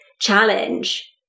challenge